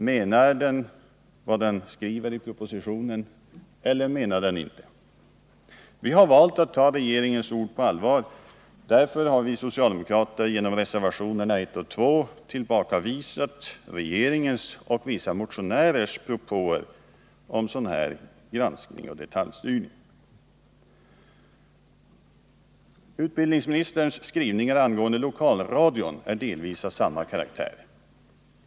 Menar den vad den skriver i propositioner eller menar den det inte? Vi har valt att ta regeringens ord på allvar. Därför har vi socialdemokrater genom reservationerna 1 och 2 tillbakavisat regeringens och vissa motionärers propåer om sådan här granskning och detaljstyr Nr 102 ning. Torsdagen den Utbildningsministerns skrivningar angående lokalradion är delvis av 13 mars 1980 samma karaktär.